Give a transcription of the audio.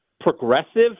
progressive